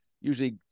Usually